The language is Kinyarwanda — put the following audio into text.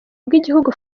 bw’igihugu